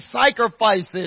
sacrifices